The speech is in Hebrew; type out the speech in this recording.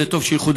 זה טוב שיחודדו,